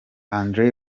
andré